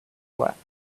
collapsed